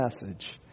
message